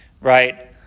right